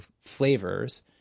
flavors